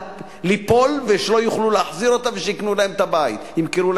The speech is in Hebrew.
ליפול ושלא יוכלו להחזיר אותה ושימכרו להם את הבית.